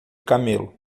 camelo